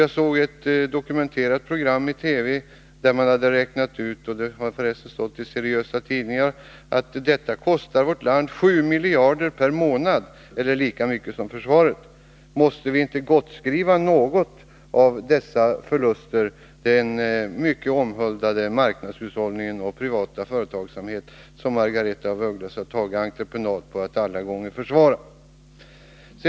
Jag såg ett dokumenterat program i TV, där man hade räknat ut — det har för resten stått i seriösa tidningar — att arbetslösheten kostar vårt land 7 miljarder kronor per månad eller lika mycket som försvaret. Måste inte något av dessa förluster gottskrivas den mycket omhuldade marknadshushållningen och den privata företagsamheten, som Margaretha af Ugglas har tagit på entreprenad att alltid försvara?